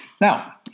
Now